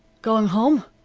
going home?